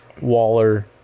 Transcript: Waller